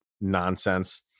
nonsense